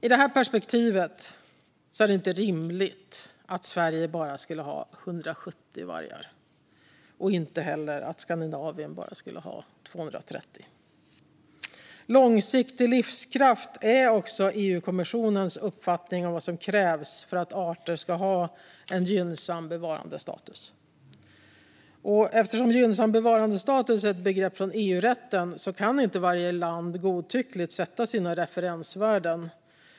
I det här perspektivet är det inte rimligt att Sverige bara skulle ha 170 vargar och heller inte att Skandinavien bara skulle ha 230 vargar. Långsiktig livskraft är också EU-kommissionens uppfattning om vad som krävs för att arter ska ha en gynnsam bevarandestatus. Eftersom gynnsam bevarandestatus är ett begrepp från EU-rätten kan inte varje land godtyckligt sätta sina referensvärden.